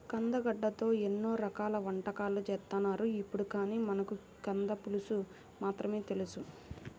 కందగడ్డతో ఎన్నో రకాల వంటకాలు చేత్తన్నారు ఇప్పుడు, కానీ మనకు కంద పులుసు మాత్రమే తెలుసు